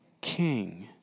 king